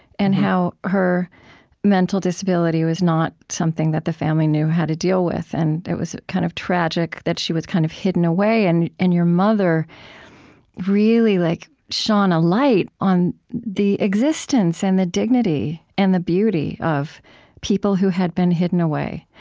and how her mental disability was not something that the family knew how to deal with. and it was kind of tragic that she was kind of hidden away, and and your mother really like shone a minute ago, on the existence and the dignity and the beauty of people who had been hidden away